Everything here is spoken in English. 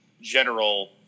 general